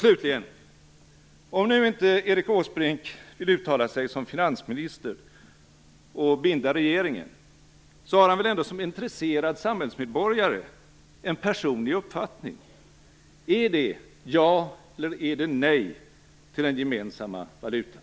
Slutligen: Om nu inte Erik Åsbrink vill uttala sig som finansminister och binda regeringen, har han väl ändå som intresserad samhällsmedborgare en personlig uppfattning. Är det ja eller nej till den gemensamma valutan?